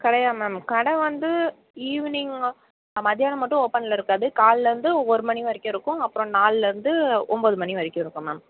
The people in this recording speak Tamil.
கடையா மேம் கடை வந்து ஈவினிங் மத்தியானம் மட்டும் ஓப்பனில் இருக்காது காலைலேருந்து ஒரு மணி வரைக்கும் இருக்கும் அப்புறம் நாலுலேருந்து ஒம்பது மணி வரைக்கும் இருக்கும் மேம்